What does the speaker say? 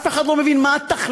אף אחד לא מבין מה התכלית,